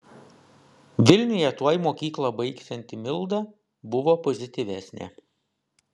vilniuje tuoj mokyklą baigsianti milda buvo pozityvesnė